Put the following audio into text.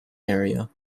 area